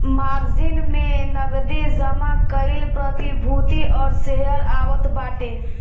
margin में नगदी जमा कईल प्रतिभूति और शेयर आवत बाटे